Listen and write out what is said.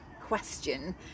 question